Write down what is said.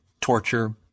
Torture